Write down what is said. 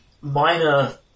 Minor